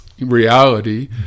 reality